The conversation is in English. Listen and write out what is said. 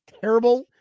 terrible